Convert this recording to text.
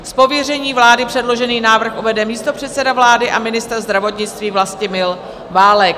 Z pověření vlády předložený návrh uvede místopředseda vlády a ministr zdravotnictví Vlastimil Válek.